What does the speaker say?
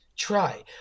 Try